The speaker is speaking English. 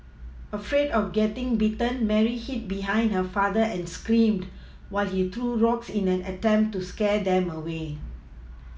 afraid of getting bitten Mary hid behind her father and screamed while he threw rocks in an attempt to scare them away